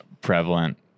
prevalent